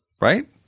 Right